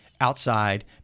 outside